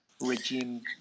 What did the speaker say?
regime